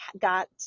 got